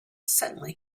suddenly